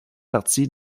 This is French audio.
partie